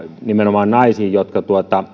nimenomaan naisista jotka